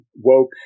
woke